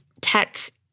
tech